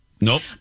Nope